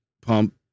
pump